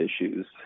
issues